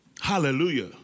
Hallelujah